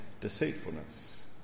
deceitfulness